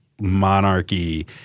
monarchy